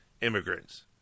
immigrants